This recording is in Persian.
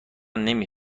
نمی